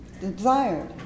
desired